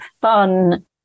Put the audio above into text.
fun